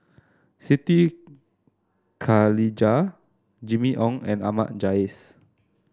Siti Khalijah Jimmy Ong and Ahmad Jais